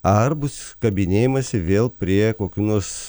ar bus kabinėjamasi vėl prie kokių nors